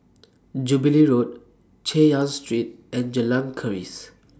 Jubilee Road Chay Yan Street and Jalan Keris